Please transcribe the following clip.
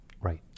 Right